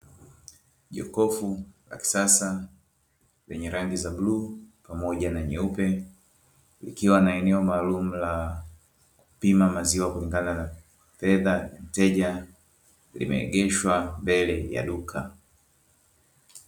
Jokofu la kisasa lenye rangi za bluu pamoja na nyeupe, likiwa na eneo maalumu la kupima maziwa kulingana na fedha ya mteja, limeegeshwa mbele ya duka.